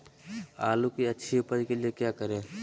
आलू की अच्छी उपज के लिए क्या करें?